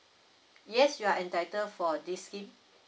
yes you are entitled for this leave